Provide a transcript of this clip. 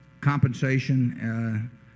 compensation